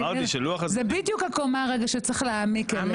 זו בדיוק הקומה שצריך להעמיק אליה.